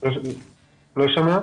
לא שמעתי.